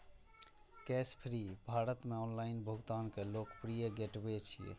Cashfree Bharat मे online भुगतान के लोकप्रिय गेटवे छियै